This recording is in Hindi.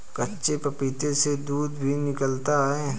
कच्चे पपीते से दूध भी निकलता है